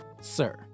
Sir